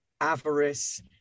avarice